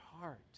heart